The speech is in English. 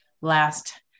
last